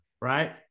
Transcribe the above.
right